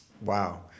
Wow